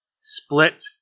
Split